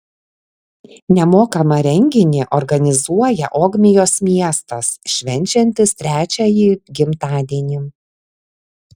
nemokamą renginį organizuoja ogmios miestas švenčiantis trečiąjį gimtadienį